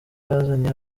yazanye